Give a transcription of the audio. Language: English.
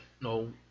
no